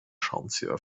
schraubenzieher